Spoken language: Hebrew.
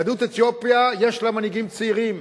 יהדות אתיופיה, יש לה מנהיגים צעירים.